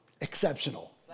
exceptional